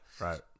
right